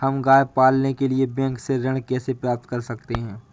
हम गाय पालने के लिए बैंक से ऋण कैसे प्राप्त कर सकते हैं?